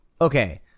Okay